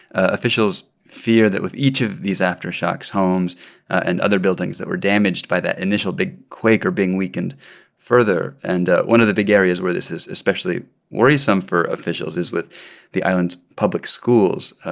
ah officials fear that with each of these aftershocks, homes and other buildings that were damaged by that initial big quake are being weakened further. and one of the big areas where this is especially worrisome for officials is with the island's public schools.